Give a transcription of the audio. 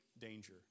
danger